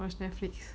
watch Netflix